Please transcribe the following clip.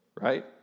right